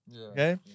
okay